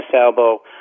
elbow